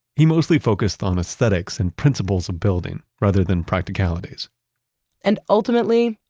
he mostly focused on aesthetics and principles of building, rather than practicalities and ultimately,